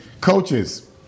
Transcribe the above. Coaches